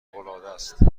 العادست